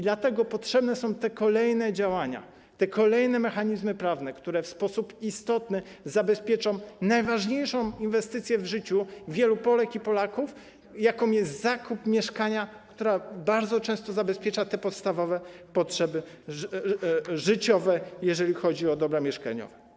Dlatego potrzebne są kolejne działania, kolejne mechanizmy prawne, które w sposób istotny zabezpieczą najważniejszą inwestycję w życiu wielu Polek i Polaków, jaką jest zakup mieszkania, która bardzo często zaspokaja podstawowe potrzeby życiowe, jeżeli chodzi o dobra mieszkaniowe.